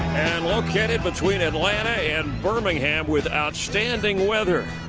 and located between atlanta and birmingham with outstanding wear.